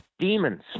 Demons